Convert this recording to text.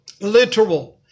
literal